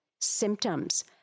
symptoms